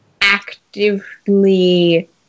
actively